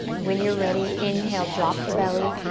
when you're ready, inhale, drop the belly.